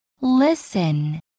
listen